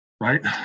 right